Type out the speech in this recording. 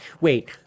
wait